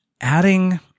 adding